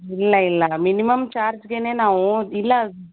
ಇಲ್ಲ ಇಲ್ಲ ಮಿನಿಮಮ್ ಚಾರ್ಜ್ಗೇ ನಾವು ಇಲ್ಲ